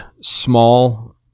small